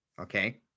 Okay